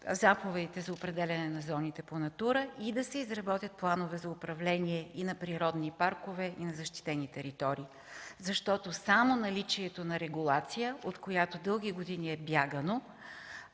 заповедите за определяне на зоните по „Натура” и да се изработят планове за управление и на природни паркове, и на защитени територии. Само наличието на регулация, от която дълги години е бягано,